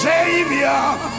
Savior